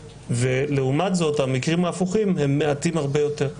לעומת זאת המקרים ההפוכים הם מעטים הרבה יותר.